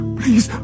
please